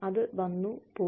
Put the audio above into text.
അത് വന്നു പോയി